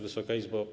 Wysoka Izbo!